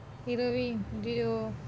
heroine